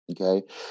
okay